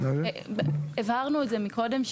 הבהרנו קודם,